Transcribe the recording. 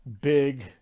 big